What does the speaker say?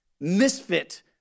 misfit